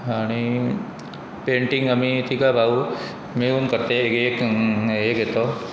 आनी पेंटींग आमी तिका भाव मेळून करते एक हे घेतो